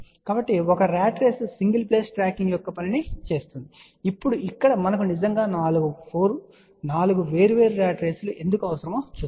కాబట్టి ఒక rat race single plane tracking యొక్క పనిని చేస్తుంది ఇప్పుడు ఇక్కడ మనకు నిజంగా 4 వేర్వేరు ర్యాట్ రేసులు ఎందుకు అవసరమో చూద్దాం